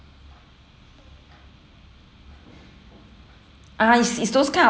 ah is is those kind of